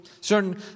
Certain